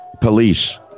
police